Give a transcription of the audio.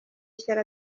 ishyari